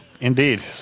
Indeed